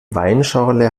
weinschorle